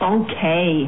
okay